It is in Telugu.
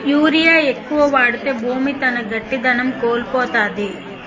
యూరియా ఎక్కువ వాడితే భూమి తన గట్టిదనం కోల్పోతాది